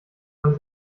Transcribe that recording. man